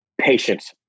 patience